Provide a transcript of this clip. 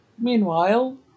Meanwhile